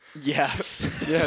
Yes